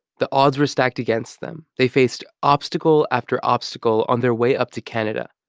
the odds were stacked against them. they faced obstacle after obstacle on their way up to canada.